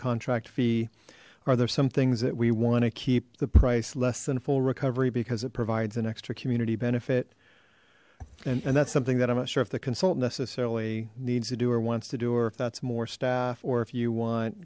contract fee are there some things that we want to keep the price less than a full recovery because it provides an extra community benefit and that's something that i'm not sure if the consultant necessarily needs to do or wants to do or if that's more staff or if you want